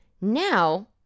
Now